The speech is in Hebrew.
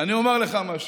אני אומר לך משהו: